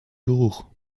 geruch